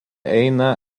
eina